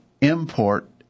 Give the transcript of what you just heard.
import